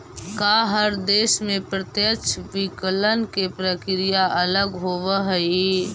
का हर देश में प्रत्यक्ष विकलन के प्रक्रिया अलग होवऽ हइ?